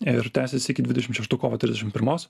ir tęsis iki dvidešimt šeštų kovo trisdešimt pirmos